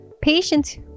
Patients